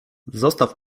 zostaw